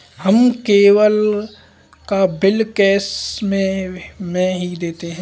हम केबल का bill cash में ही देते हैं